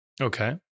Okay